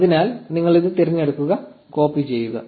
അതിനാൽ നിങ്ങൾ ഇത് തിരഞ്ഞെടുക്കുക കോപ്പി ചെയുക